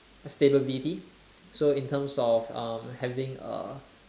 stability so in terms of um having a